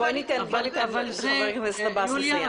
בואי ניתן לחבר הכנסת עבאס לסיים.